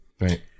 Right